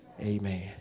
amen